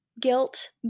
guilt